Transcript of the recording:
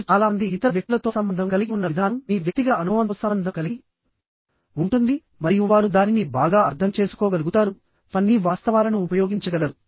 మీరు చాలా మంది ఇతర వ్యక్తులతో సంబంధం కలిగి ఉన్న విధానం మీ వ్యక్తిగత అనుభవంతో సంబంధం కలిగి ఉంటుంది మరియు వారు దానిని బాగా అర్థం చేసుకోగలుగుతారు ఫన్నీ వాస్తవాలను ఉపయోగించగలరు